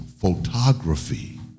photography